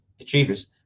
achievers